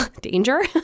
danger